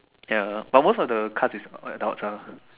ya but most of the cast is adults ah